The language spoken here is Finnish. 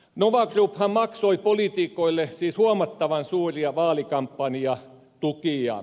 nova grouphan maksoi poliitikoille siis huomattavan suuria vaalikampanjatukia